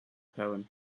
poem